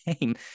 game